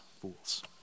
fools